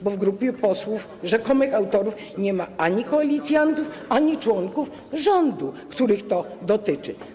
Bo w grupie posłów - rzekomych autorów nie ma ani koalicjantów, ani członków rządu, których to dotyczy.